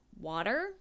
water